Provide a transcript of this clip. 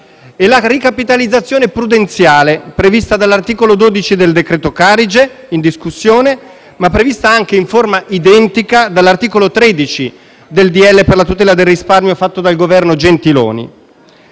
e la ricapitalizzazione prudenziale, prevista dall'articolo 12 del decreto Carige in discussione, ma prevista anche, in forma identica, dall'articolo 13 del decreto-legge per la tutela del risparmio fatto dal Governo Gentiloni